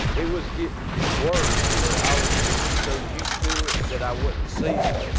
it was getting worse, but i was getting so used to it that i wasn't seeing it,